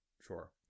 Sure